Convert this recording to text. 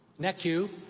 necu,